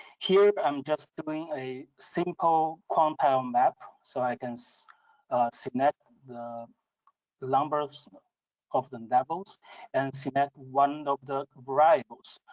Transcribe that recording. here i'm just doing a simple compound map so i can so select the the numbers of the levels and select one of the variables.